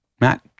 Matt